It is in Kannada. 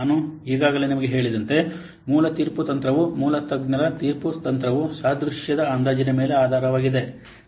ನಾನು ಈಗಾಗಲೇ ನಿಮಗೆ ಹೇಳಿದಂತೆ ಮೂಲ ತೀರ್ಪು ತಂತ್ರವು ಮೂಲ ತಜ್ಞರ ತೀರ್ಪು ತಂತ್ರವು ಸಾದೃಶ್ಯದ ಅಂದಾಜಿನ ಮೇಲೆ ಆಧಾರಿತವಾಗಿದೆ